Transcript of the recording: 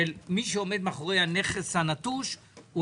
של האם מי שעומד מאחורי הנכס הנטוש הוא